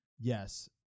yes